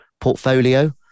portfolio